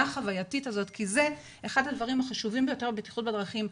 החווייתית הזאת כי זה אחד הדברים החשובים ביותר בבטיחות בדרכים,